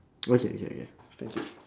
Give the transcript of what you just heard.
okay okay okay thank you